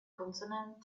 consonant